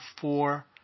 four